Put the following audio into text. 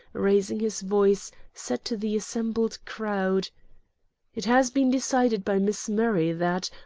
raising his voice, said to the assembled crowd it has been decided by miss murray that,